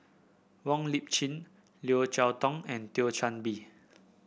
Wong Lip Chin Yeo Cheow Tong and Thio Chan Bee